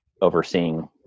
overseeing